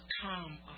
come